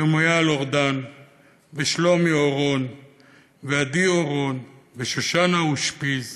ומוריאל אורדן ושלומי אורון ועדי אורן ושושנה אושפיז